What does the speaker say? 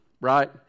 right